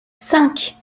cinq